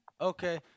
Okay